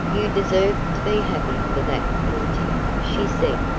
you deserve to be happy for that, monty, she said,